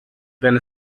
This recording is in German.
wenn